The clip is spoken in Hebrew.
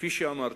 כפי שאמרתי,